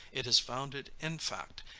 it is founded in fact.